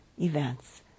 events